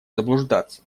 заблуждаться